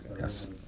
yes